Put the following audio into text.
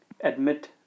admit